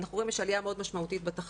אנחנו רואים שיש עלייה מאוד משמעותית בתחלואה.